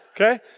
Okay